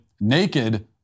naked